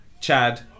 Chad